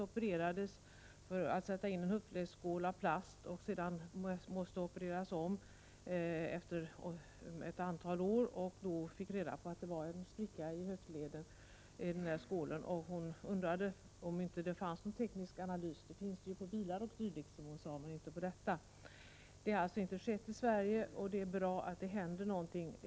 Man satte in en höftledsskål av plast, men efter ett antal år måste hon opereras om. Hon fick då reda på att det var en spricka i höftledsskålen, och hon undrade om det inte förekom någon teknisk analys — det finns det ju på bilar o. d., som hon sade. Det har alltså inte skett någon sådan här kontroll i Sverige, och det är bra att det händer någonting.